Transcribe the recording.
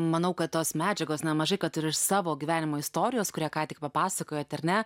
manau kad tos medžiagos na mažai kad ir iš savo gyvenimo istorijos kurią ką tik papasakojot ar ne